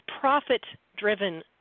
profit-driven